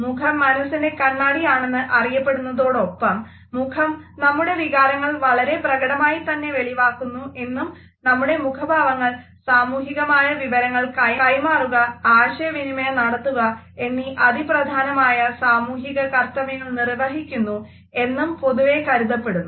മുഖം മനസ്സിൻറെ കണ്ണാടി ആണെന്ന് അറിയപ്പെടുന്നതോടൊപ്പം മുഖം നമ്മുടെ വികാരങ്ങൾ വളരെ പ്രകടമായിത്തന്നെ വെളിവാക്കുന്നു എന്നും നമ്മുടെ മുഖഭാവങ്ങൾ സാമൂഹികമായ വിവരങ്ങൾ കൈമാറുക ആശയവിനിമയം നടത്തുക എന്നീ അതിപ്രധാനമായ സാമൂഹിക കർത്തവ്യങ്ങൾ നിർവഹിക്കുന്നു എന്നും പൊതുവെ കരുതപ്പെടുന്നു